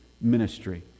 ministry